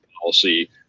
policy